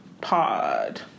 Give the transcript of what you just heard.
Pod